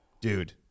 dude